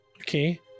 Okay